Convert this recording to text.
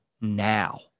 now